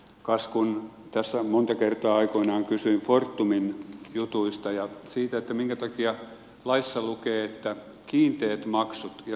kas tässä monta kertaa aikoinaan kysyin fortumin jutuista ja siitä minkä takia laissa lukee että kiinteät maksut ja siirtomaksut